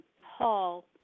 hall